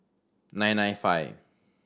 nine nine five